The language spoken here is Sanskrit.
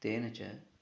तेन च